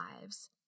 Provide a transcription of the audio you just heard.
lives